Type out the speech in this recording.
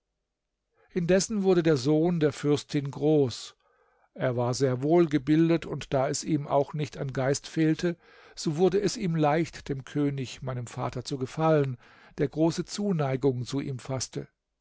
indessen wurde der sohn der fürstin groß er war sehr wohlgebildet und da es ihm auch nicht an geist fehlte so wurde es ihm leicht dem könig meinem vater zu gefallen der große zuneigung zu ihm faßte